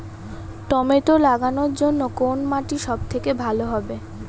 Tomato লাগানোর জন্যে কোন মাটি সব থেকে ভালো হবে?